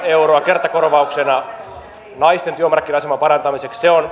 euroa kertakorvauksena naisten työmarkkina aseman parantamiseksi se on